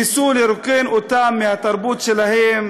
ניסו לרוקן אותם מהתרבות שלהם